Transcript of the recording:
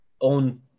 own